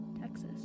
Texas